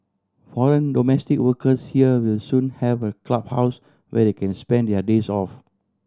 foreign domestic workers here will soon have a clubhouse where they can spend their days off